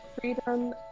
freedom